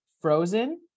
Frozen